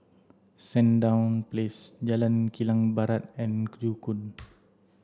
Sandown Place Jalan Kilang Barat and Joo Koon